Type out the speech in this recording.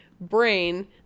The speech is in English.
brain